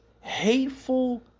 hateful